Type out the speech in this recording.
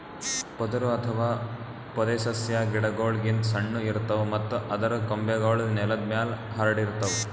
ಪೊದರು ಅಥವಾ ಪೊದೆಸಸ್ಯಾ ಗಿಡಗೋಳ್ ಗಿಂತ್ ಸಣ್ಣು ಇರ್ತವ್ ಮತ್ತ್ ಅದರ್ ಕೊಂಬೆಗೂಳ್ ನೆಲದ್ ಮ್ಯಾಲ್ ಹರ್ಡಿರ್ತವ್